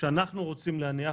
שאנחנו רוצים להניח